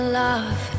love